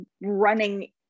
running